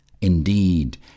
Indeed